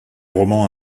romans